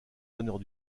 honneurs